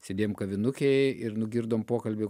sėdėjom kavinukėje ir nugirdom pokalbį